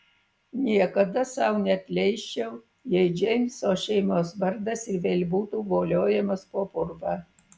niekada sau neatleisčiau jei džeimso šeimos vardas ir vėl būtų voliojamas po purvą